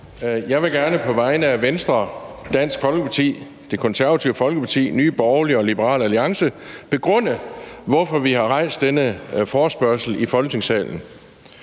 Jeg vil gerne på vegne af Venstre, Dansk Folkeparti, Det Konservative Folkeparti, Nye Borgerlige og Liberal Alliance begrunde, hvorfor vi har rejst denne forespørgsel i Folketingssalen.